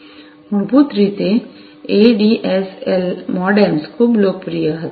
મૂળભૂત રીતે ADSL modems ખૂબ લોકપ્રિય હતા